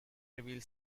reveal